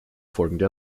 folgende